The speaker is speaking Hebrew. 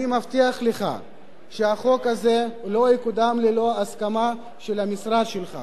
אני מבטיח לך שהחוק הזה לא יקודם ללא הסכמה של המשרד שלך.